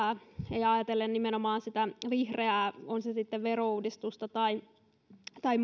ja ajatellen nimenomaan sitä vihreää on se sitten verouudistus tai tai